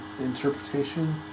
interpretation